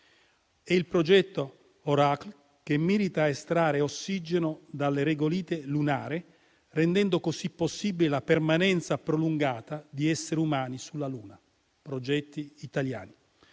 e il progetto ORACLE, che mira a estrarre ossigeno dalla regolite lunare, rendendo così possibile la permanenza prolungata di esseri umani sulla Luna (progetti italiani).